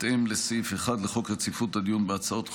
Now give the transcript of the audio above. בהתאם לסעיף 1 לחוק רציפות הדיון בהצעות חוק,